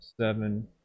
seven